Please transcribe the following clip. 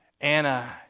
Anna